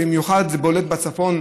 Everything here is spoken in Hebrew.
במיוחד זה בולט בצפון,